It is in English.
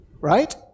Right